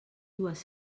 dues